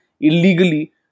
illegally